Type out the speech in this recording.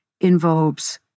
involves